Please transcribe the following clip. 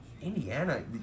Indiana